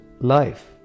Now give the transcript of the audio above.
life